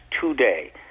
today